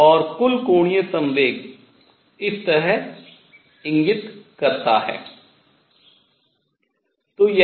और कुल कोणीय संवेग इस तरह इंगित करता है